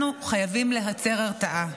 אנחנו חייבים לייצר הרתעה.